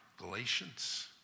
Galatians